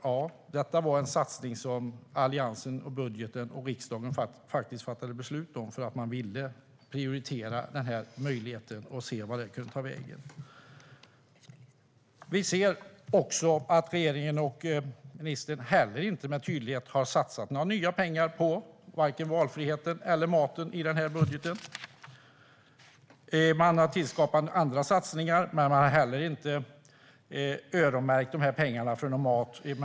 Ja, detta var en satsning som Alliansen och riksdagen faktiskt fattade beslut om för att man ville prioritera den här möjligheten och se vart det kunde ta vägen. Vi ser också att regeringen och ministern heller inte med tydlighet har satsat några nya pengar på valfriheten eller maten i den här budgeten. Man har skapat andra satsningar, men man har heller inte öronmärkt de här pengarna för mat.